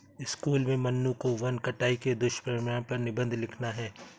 school में मन्नू को वन कटाई के दुष्परिणाम पर निबंध लिखना है